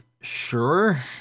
sure